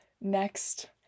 next